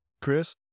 Chris